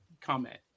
comment